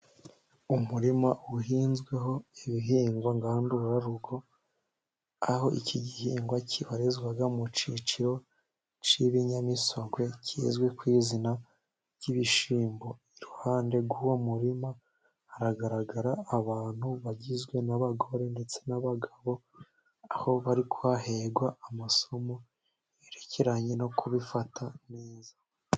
Umurima uhinzweho ibihingwa ngandurarugo, aho iki gihingwa kibarizwa mu cyiciro cy'ibinyamisogwe kizwi ku izina ry'ibishyimbo. Iruhande rw'uwo murima haragaragara abantu bagizwe n'abagore ndetse n'abagabo, aho bari kuhaherwa amasomo yerekeranye no kubifata neza.